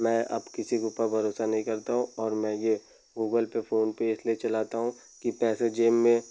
मैं अब किसी के ऊपर भरोसा नहीं करता हूँ और मैं ये गूगलपे फोनपे इसलिए चलाता हूँ कि पैसे जेब में